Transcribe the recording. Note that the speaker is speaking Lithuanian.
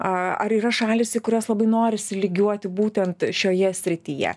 aaa ar yra šalys į kurias labai norisi lygiuoti būtent šioje srityje